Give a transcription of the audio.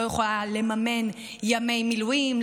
לא יכולה לממן ימי מילואים,